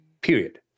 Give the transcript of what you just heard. Period